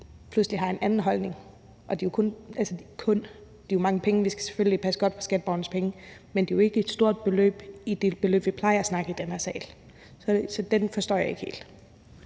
pludselig har en anden holdning. Det er mange penge, og vi skal selvfølgelig passe godt på skatteborgernes penge, men det er jo ikke et stort beløb i forhold til de beløb, vi plejer at snakke om i den her sal, så det forstår jeg ikke helt.